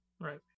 right